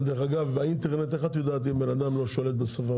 גם דרך אגב באינטרנט איך את יודעת אם בן אדם לא שולט בשפה?